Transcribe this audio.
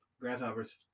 Grasshoppers